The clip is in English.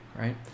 right